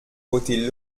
voter